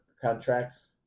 contracts